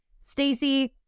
Stacy